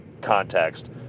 context